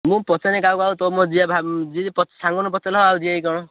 ମୁଁ ପଚାରିନି କାହାକୁ ଆଉ ତୋର ମୋର ଯିବା ସାଙ୍ଗମାନଙ୍କୁ ପଚାରିଲୁ ଆଉ ଯିବେ କି କ'ଣ